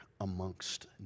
amongst